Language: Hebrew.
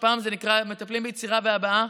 פעם זה נקרא מטפלים ביצירה והבעה,